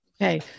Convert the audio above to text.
Okay